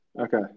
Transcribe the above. Okay